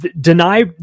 Deny